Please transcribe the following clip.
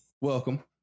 welcome